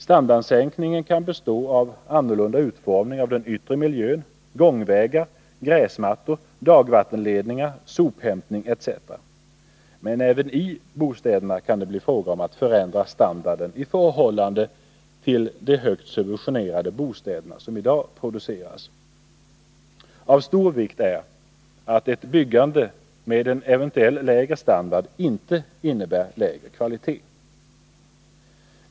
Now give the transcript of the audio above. Standardsänkningen kan bestå av annorlunda utformning av den yttre miljön, gångvägar, gräsmattor, dagvattenledningar, sophämtning etc. Men även i bostäderna kan det bli fråga om att förändra standarden i förhållande till de högt subventionerade bostäder som i dag produceras. Av stor vikt är att ett byggande med en eventuell lägre standard inte innebär lägre kvalitet.